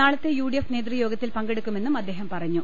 നാളത്തെ യുഡിഎഫ് നേതൃ യോഗത്തിൽ പങ്കെടുക്കുമെന്നും അദ്ദേഹംപറഞ്ഞു